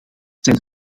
zijn